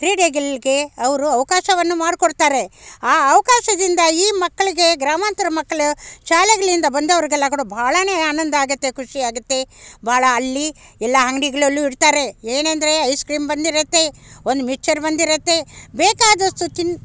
ಕ್ರೀಡೆಗಳಿಗೆ ಅವರು ಅವಕಾಶವನ್ನು ಮಾಡಿಕೊಡ್ತಾರೆ ಆ ಅವಕಾಶದಿಂದ ಈ ಮಕ್ಕಳಿಗೆ ಗ್ರಾಮಾಂತರ ಮಕ್ಕಳು ಶಾಲೆಗಳಿಂದ ಬಂದವ್ರಿಗೆಲ್ಲ ಕೂಡ ಬಹಾಳಾನೇ ಆನಂದ ಆಗುತ್ತೆ ಖುಷಿ ಆಗುತ್ತೆ ಬಹಳ ಅಲ್ಲಿ ಎಲ್ಲ ಅಂಗಡಿಗಳಲ್ಲೂ ಇಡ್ತಾರೆ ಏನೆಂದ್ರೆ ಐಸ್ ಕ್ರೀಮ್ ಬಂದಿರುತ್ತೆ ಒಂದು ಮಿಶ್ಚರ್ ಬಂದಿರುತ್ತೆ ಬೇಕಾದಷ್ಟು ತಿನ್